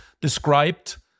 described